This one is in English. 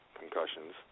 concussions